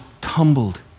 tumbled